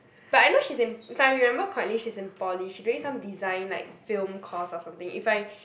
but I know she's in if I remember correctly she's in Poly she doing some design like film course or something if I